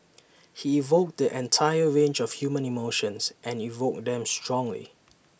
he evoked the entire range of human emotions and evoked them strongly